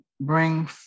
bring